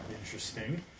Interesting